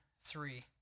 three